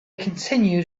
continued